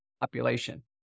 population